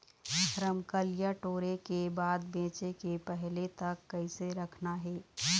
रमकलिया टोरे के बाद बेंचे के पहले तक कइसे रखना हे?